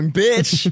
bitch